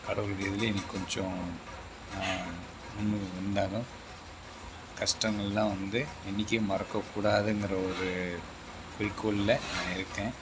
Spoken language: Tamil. கடவுளுடைய இதிலே இன்னைக்கு கொஞ்சம் நான் முன்னுக்கு வந்தாலும் கஷ்டங்களெலாம் வந்து என்னிக்கும் மறக்கக்கூடாதுங்கிற ஒரு குறிக்கோளில் நான் இருக்கேன்